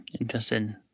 Interesting